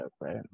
right